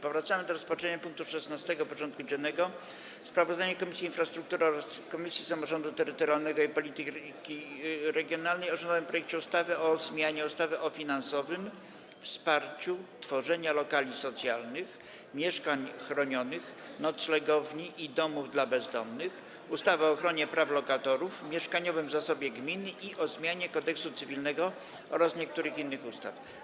Powracamy do rozpatrzenia punktu 16. porządku dziennego: Sprawozdanie Komisji Infrastruktury oraz Komisji Samorządu Terytorialnego i Polityki Regionalnej o rządowym projekcie ustawy o zmianie ustawy o finansowym wsparciu tworzenia lokali socjalnych, mieszkań chronionych, noclegowni i domów dla bezdomnych, ustawy o ochronie praw lokatorów, mieszkaniowym zasobie gminy i o zmianie Kodeksu cywilnego oraz niektórych innych ustaw.